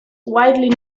widely